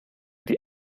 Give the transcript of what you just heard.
die